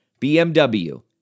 BMW